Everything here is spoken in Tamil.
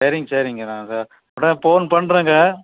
சரிங்க சரிங்க ஃபோன் பண்றேங்க